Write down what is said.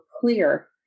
clear